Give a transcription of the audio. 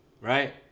right